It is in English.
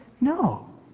No